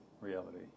reality